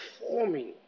Performing